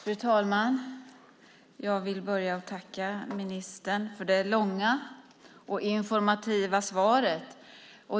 Fru talman! Jag vill börja med att tacka ministern för det långa och informativa svaret.